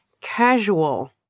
casual